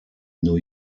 new